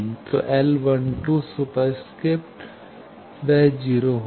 तो L superscript वह 0 होगा